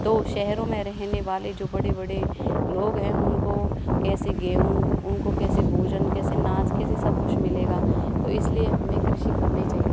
तो शहरों में रहने वाले जो बड़े बड़े लोग हैं उनको कैसे गेहूँ उनको कैसे भोजन कैसे अनाज कैसे सब कुछ मिलेगा तो इसलिए हमें कृषि करनी चाहिए